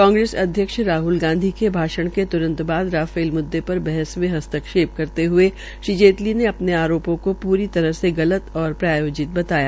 कांग्रेस अध्यक्ष राहल गांधी के भाषण के त्रंत बाद राफेल मुददे र बहस में हस्तक्षे करते हये श्री जेटली ने अ ने आरो ों को री तरह से गलत और प्रायोजित बताया